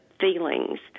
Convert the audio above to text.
feelings